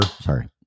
sorry